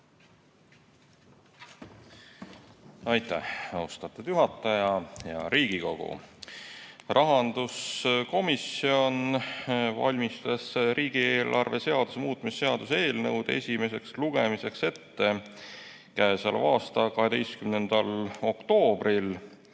Aitäh, austatud juhataja! Hea Riigikogu! Rahanduskomisjon valmistas riigieelarve seaduse muutmise seaduse eelnõu esimeseks lugemiseks ette k.a 12. oktoobril.